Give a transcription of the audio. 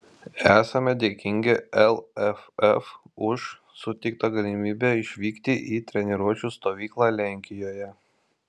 esame dėkingi lff už suteiktą galimybę išvykti į treniruočių stovyklą lenkijoje